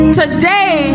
today